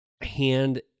hand